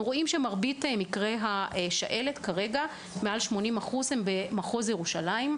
אנחנו רואים שמרבית מקרי השעלת כרגע הם במחוז ירושלים,